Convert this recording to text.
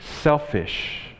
selfish